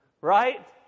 Right